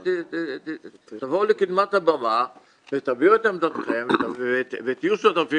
תבואו לקדמת הבמה ותביעו את עמדתכם ותהיו שותפים